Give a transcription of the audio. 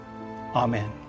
Amen